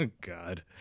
God